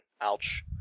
ouch